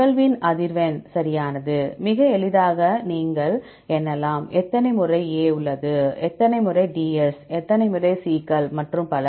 நிகழ்வின் அதிர்வெண் சரியானது மிக எளிதாக நீங்கள் எண்ணலாம் எத்தனை முறை A உள்ளது எத்தனை DS எத்தனை C கள் மற்றும் பல